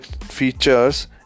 features